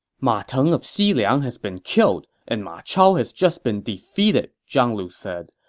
ma teng of xiliang has been killed, and ma chao has just been defeated, zhang lu said.